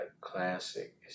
Classic